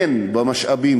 הן במשאבים,